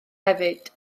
hefyd